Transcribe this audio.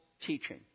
teaching